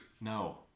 No